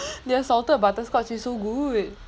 their salted butterscotch is so good